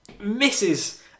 misses